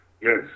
Yes